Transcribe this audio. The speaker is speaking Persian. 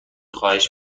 خواهش